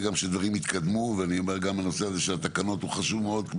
שדברים יתקדמו ואני אומר שגם הנושא הזה של התקנות הוא חשוב מאוד.